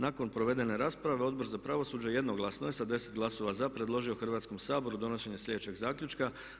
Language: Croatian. Nakon provedene rasprave Odbor za pravosuđe jednoglasno je sa 10 glasova za predložio Hrvatskom saboru donošenje sljedećeg zaključka.